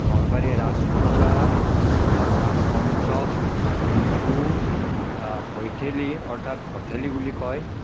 নলবাৰীৰ ৰাস পূজা অৰ্থাৎ ৰাস মহোৎসৱ বিহু ভৈঠেলী অৰ্থাৎ ভঠেলী বুলি কয়